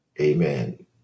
Amen